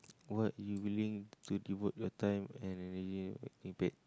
what you willing to devote your time and energy without getting paid